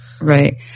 Right